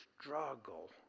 struggle